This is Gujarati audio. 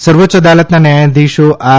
સર્વોચ્ય અદાલતના ન્યાયાધીશોશ્રી આર